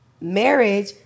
Marriage